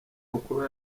ukuba